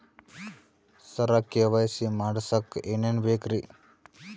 ಸರ KYC ಮಾಡಸಕ್ಕ ಎನೆನ ಬೇಕ್ರಿ?